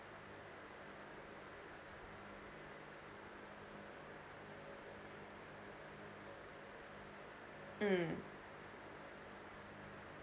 mm